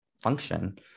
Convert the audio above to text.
function